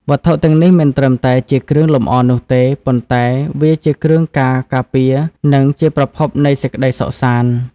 វត្ថុទាំងនេះមិនត្រឹមតែជាគ្រឿងលម្អនោះទេ ប៉ុន្តែវាជាគ្រឿងការការពារ និងជាប្រភពនៃសេចក្ដីសុខសាន្ត។